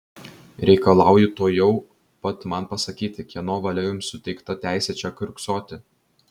reikalauju tuojau pat man pasakyti kieno valia jums suteikta teisė čia kiurksoti